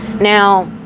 Now